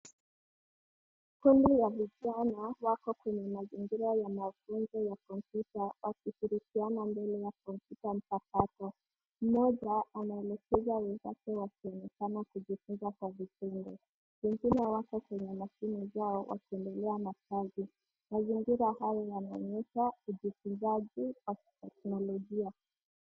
Kundi ya vijana wako kwenye mazingira ya mafunzo ya kompyuta wakishirikiana mbele ya kompyuta mpakato. Mmoja anaelekezwa wenziwe wakiwa wanaonekana kujifunza kwa vitendo. Wengine wako kwenye mashine zao wakiendelea na kazi. Mazingira haya yanaonyesha ujifunzaji kwa teknolojia.